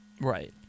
Right